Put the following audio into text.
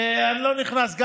אני לא נכנס לפירוט,